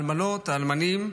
האלמנות, האלמנים,